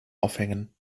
aufhängen